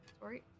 sorry